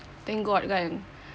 thank god kan